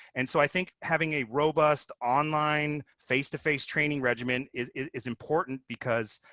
and so i think having a robust online face-to-face training regimen is is important because